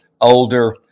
older